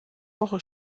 woche